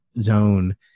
zone